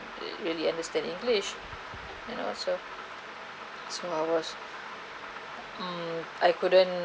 re~ really understand english you know so so I was mm I couldn't